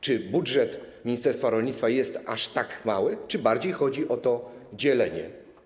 Czy budżet ministerstwa rolnictwa jest aż tak mały, czy bardziej chodzi o to dzielenie?